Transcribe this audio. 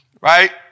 Right